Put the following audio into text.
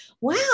wow